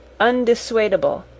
undissuadable